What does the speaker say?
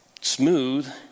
smooth